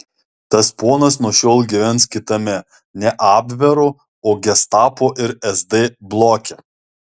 tas ponas nuo šiol gyvens kitame ne abvero o gestapo ir sd bloke